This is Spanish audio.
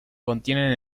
contienen